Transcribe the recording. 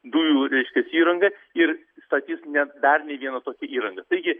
dujų reiškias įrangas ir statys ne dar ne vieną tokią įrangą taigi